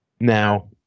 Now